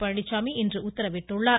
பழனிசாமி இன்று உத்தரவிட்டுள்ளார்